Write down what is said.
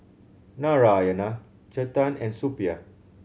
Narayana Chetan and Suppiah